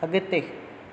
अगि॒ते